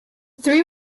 three